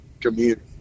community